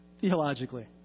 theologically